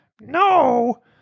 no